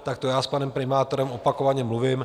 Takto já s panem primátorem opakovaně mluvím.